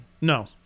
No